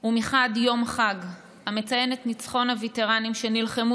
הוא מחד גיסא יום חג המציין את ניצחון הווטרנים שנלחמו